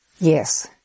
Yes